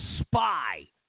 spy